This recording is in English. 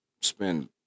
spend